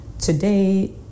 Today